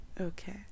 Okay